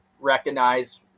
recognize